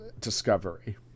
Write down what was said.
discovery